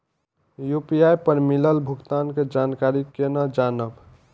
UPI पर मिलल भुगतान के जानकारी केना जानब?